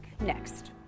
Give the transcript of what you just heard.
next